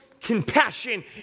compassion